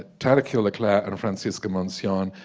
ah tanaquil le clercq, and francisco mancion,